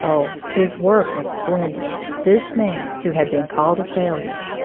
oh, his work was splendid this man who had been called a failure!